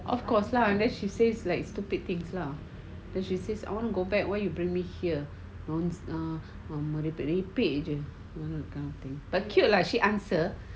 of course lah unless she says like stupid things lah then she says I want to go back why you bring me here loans lah merepek jer accounting but cute lah she answer